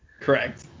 Correct